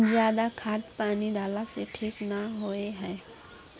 ज्यादा खाद पानी डाला से ठीक ना होए है?